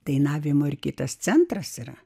dainavimo ir kitas centras yra